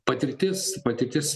patirtis patirtis